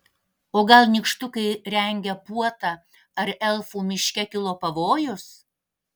o gal nykštukai rengia puotą ar elfų miške kilo pavojus